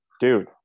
Dude